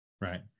right